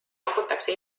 pakutakse